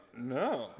no